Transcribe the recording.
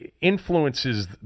influences